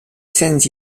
saints